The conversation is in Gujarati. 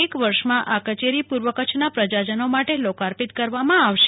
એક વર્ષમાં આ કચેરી પૂર્વ કચ્છના પ્રજાજનો માટે લોકાર્પિત કરવામાં આવશે